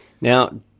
now